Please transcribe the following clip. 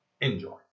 Enjoy